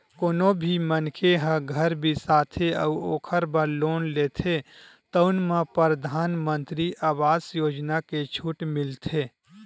कोनो भी मनखे ह घर बिसाथे अउ ओखर बर लोन लेथे तउन म परधानमंतरी आवास योजना के छूट मिलथे